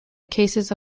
cases